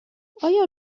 آیا